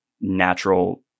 natural